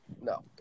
No